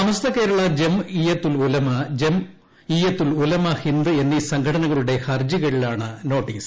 സമസ്ത കേരള ജംഇയ്യത്തുൽ ഉലമ ജംഇയ്യത്തുൽ ഉലമ ഹിന്ദ് എന്നീ സംഘടനകളുടെ ഹർജികളിലാണ് നോട്ടീസ്